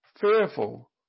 fearful